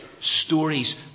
stories